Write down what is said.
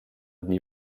dni